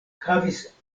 havis